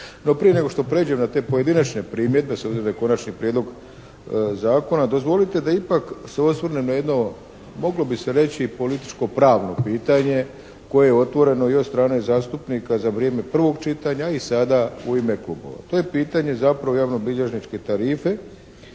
prije nego što prijeđem na te pojedinačne primjedbe, s obzirom da je Konačni prijedlog Zakona, dozvolite da ipak se osvrnem na jedno, moglo bi se reći političko pravno pitanje koje je otvoreno i od strane zastupnika za vrijeme prvog čitanja i sada u ime klubova. To je pitanje zapravo javnobilježničke tarife